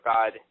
God